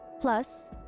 Plus